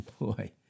boy